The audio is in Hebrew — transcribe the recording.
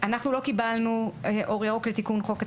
אנחנו לא קיבלנו אור ירוק לתיקון חוק התגמולים.